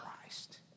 Christ